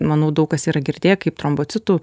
manau daug kas yra girdėję kaip trombocitų